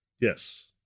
yes